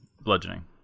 bludgeoning